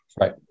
Right